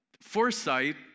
Foresight